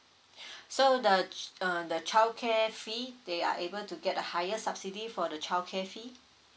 so the g~ uh the childcare fee they are able to get a higher subsidy for the childcare fee